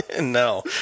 No